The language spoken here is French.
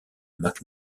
mac